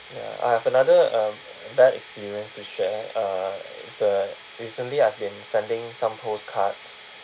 ya I have another um bad experience to share uh it's a recently I've been sending some postcards